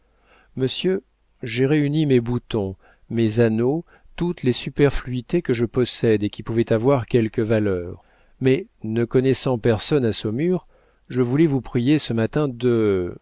monsieur j'ai réuni mes boutons mes anneaux toutes les superfluités que je possède et qui pouvaient avoir quelque valeur mais ne connaissant personne à saumur je voulais vous prier ce matin de